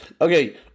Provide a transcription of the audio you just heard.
Okay